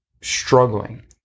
struggling